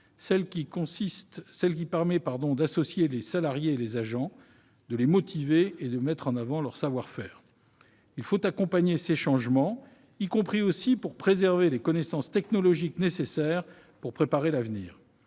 : il s'agit d'associer les salariés et les agents, de les motiver et de mettre en avant leurs savoir-faire. Il faut accompagner ces changements, y compris pour préserver les connaissances technologiques nécessaires pour préparer l'avenir.